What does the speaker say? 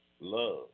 Love